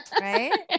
right